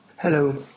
Hello